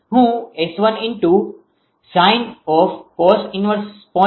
હું 𝑆1 × sin cos−1 0